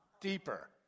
Deeper